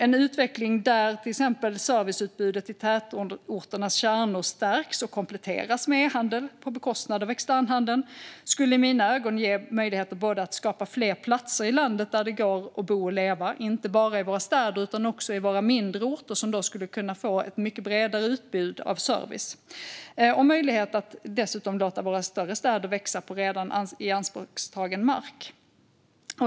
En utveckling där till exempel serviceutbudet i tätorternas kärnor stärks och kompletteras med e-handel på bekostnad av externhandeln skulle i mina ögon ge möjlighet att skapa fler platser i landet där det går att bo och leva, inte bara i våra städer utan också i våra mindre orter som då skulle kunna få ett mycket bredare utbud av service. Det skulle dessutom ge möjlighet att låta våra större städer växa på redan ianspråktagen mark.